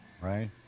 Right